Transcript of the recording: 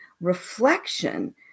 reflection